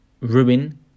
ruin